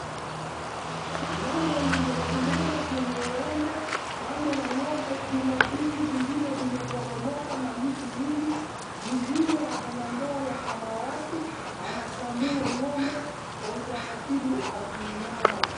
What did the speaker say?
Ng'ombe limesimama kwenye uwanja, kando la ng'ombe kuna vitu vingine vimeporomoka na miti mingi, mwingine ako na ndoo la zamawati anakamua ng'ombe kwa utaratibu akiinama.